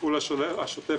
התפעול השוטף?